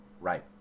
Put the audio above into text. right